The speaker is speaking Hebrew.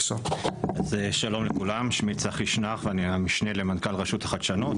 שלום לכולם, אני המשנה למנכ"ל רשות החדשנות.